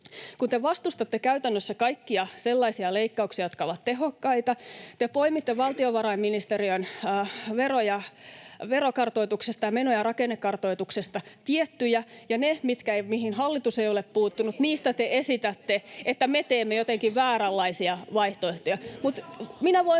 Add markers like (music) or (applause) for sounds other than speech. kun te vastustatte käytännössä kaikkia sellaisia leikkauksia, jotka ovat tehokkaita, te poimitte valtiovarainministeriön veroja verokartoituksesta ja menoja rakennekartoituksesta, tiettyjä, (noise) ja niistä, mihin hallitus ei ole puuttunut, te esitätte, että me teemme jotenkin vääränlaisia vaihtoehtoja.